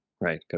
Right